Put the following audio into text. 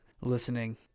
listening